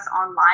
online